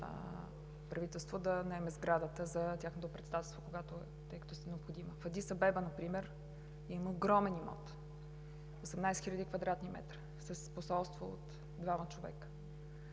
правителство да наеме сградата за тяхното председателство, тъй като им е необходима. В Адис Абеба например има огромен имот – 18 хил. квадратни метра, с посолство от двама човека.